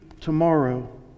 tomorrow